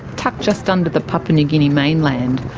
tucked just under the papua new guinea mainland.